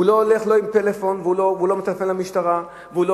הוא לא הולך עם פלאפון והוא לא מטלפן למשטרה והוא לא